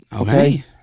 Okay